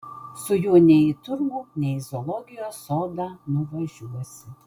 su juo nei į turgų nei į zoologijos sodą nuvažiuosi